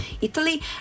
Italy